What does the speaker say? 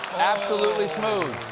absolutely smooth.